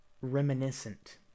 reminiscent